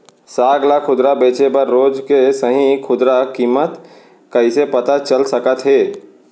साग ला खुदरा बेचे बर रोज के सही खुदरा किम्मत कइसे पता चल सकत हे?